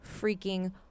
freaking